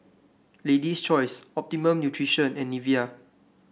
Lady's Choice Optimum Nutrition and Nivea